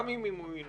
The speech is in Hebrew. גם אם ינוצל,